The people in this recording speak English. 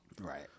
right